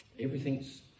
everything's